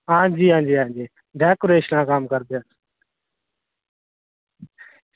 आं जी आं जी आं जी डेकोरेशन दा कम्म करदे